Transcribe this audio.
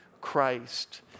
Christ